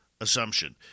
assumption